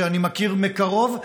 שאני מכיר מקרוב.